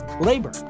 labor